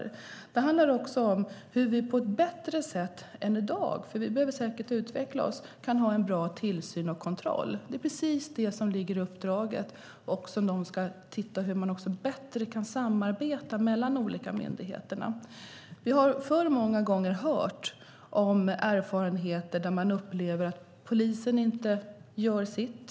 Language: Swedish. För det andra handlar det om hur vi på ett bättre sätt än i dag, för vi behöver säkert utveckla oss, kan ha en bra tillsyn och kontroll. Det är precis det som ligger i uppdraget. De ska också titta på hur olika myndigheter kan samarbeta bättre. Vi har ju alltför många gånger hört om erfarenheter där man upplever att polisen inte gör sitt.